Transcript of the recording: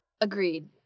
Agreed